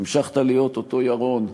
המשכת להיות אותו ירון.